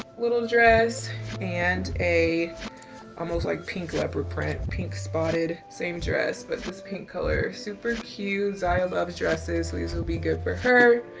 little dress and a almost like pink leopard print, pink spotted, same dress. but this pink color. super cute. i love dresses. so these will be good for her.